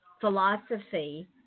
philosophy